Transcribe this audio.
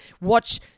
watch